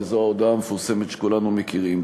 וזו ההודעה המפורסמת שכולנו מכירים.